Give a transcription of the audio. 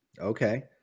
Okay